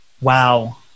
Wow